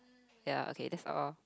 ya okay that's all